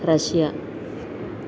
Russia